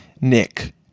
Nick